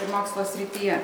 ir mokslo srityje